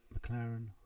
mclaren